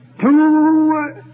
two